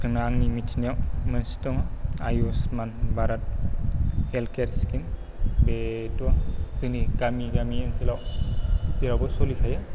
जोंना आंनि मिथिनायाव मोनसे दङ आयुष्मान भारत हेल्थ खेयार स्खिम बेथ' जोंनि गामि गामि ओनसोलाव जेरावबो सोलिखायो